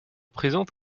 présente